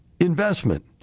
investment